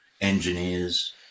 engineers